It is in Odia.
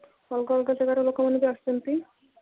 ଅଲଗା ଅଲଗା ଜାଗାରୁ ଲୋକମାନେ ବି ଆସୁଛନ୍ତି